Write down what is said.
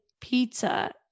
pizza